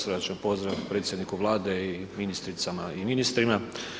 Srdačan pozdrav predsjedniku Vlade i ministricama i ministrima.